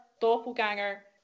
doppelganger